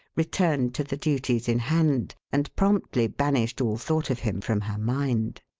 returned to the duties in hand, and promptly banished all thought of him from her mind.